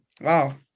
wow